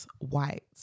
white